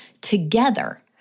together